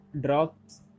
drops